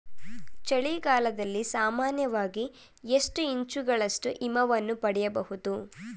ಚಳಿಗಾಲದಲ್ಲಿ ಸಾಮಾನ್ಯವಾಗಿ ಎಷ್ಟು ಇಂಚುಗಳಷ್ಟು ಹಿಮವನ್ನು ಪಡೆಯಬಹುದು?